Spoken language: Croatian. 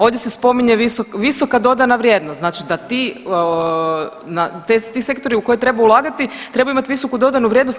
Ovdje se spominje visoka dodana vrijednost znači da ti sektori u koje treba ulagati trebaju imati visoku dodanu vrijednost.